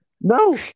No